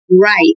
right